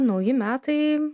nauji metai